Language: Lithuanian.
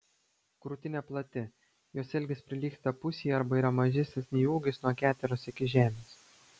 krūtinė plati jos ilgis prilygsta pusei arba yra mažesnis nei ūgis nuo keteros iki žemės